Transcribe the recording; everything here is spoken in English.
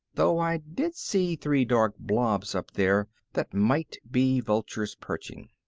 though i did see three dark blobs up there that might be vultures perching.